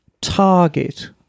target